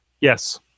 Yes